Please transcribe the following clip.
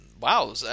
wow